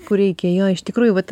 kur reikia jo iš tikrųjų vat